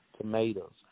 tomatoes